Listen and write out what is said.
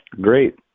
Great